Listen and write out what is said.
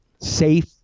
safe